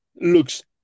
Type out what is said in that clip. looks